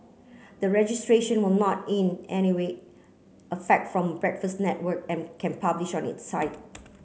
the registration will not in any way affect from Breakfast Network and can publish on its site